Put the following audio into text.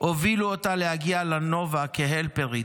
הובילו אותה להגיע לנובה כהלפרית,